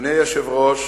אדוני היושב-ראש,